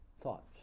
thoughts